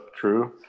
true